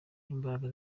n’imbaraga